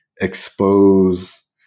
expose